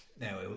now